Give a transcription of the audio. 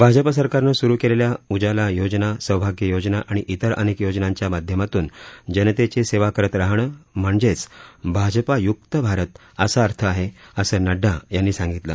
भाजपा सरकारनं सुरू केलेल्या उजाला योजना सौभाग्य योजना आणि तेर अनेक योजनांच्या माध्यमातून जनतेची सेवा करत राहणं म्हणजेच भाजपायुक्त भारत असा अर्थ आहे असं नड्डा यांनी सांगितलं